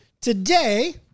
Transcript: today